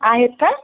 आहेत का